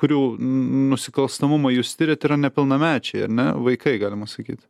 kurių nusikalstamumą jūs tiriat nepilnamečiai ar ne vaikai galima sakyt